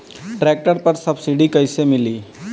Tractor पर subsidy कैसे मिली?